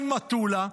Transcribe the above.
אין מטולה,